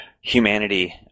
humanity